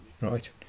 Right